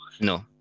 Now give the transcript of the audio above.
No